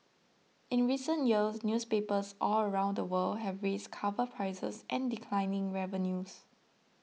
in recent years newspapers all around the world have raised cover prices amid declining revenues